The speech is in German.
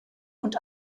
und